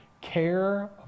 care